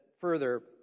further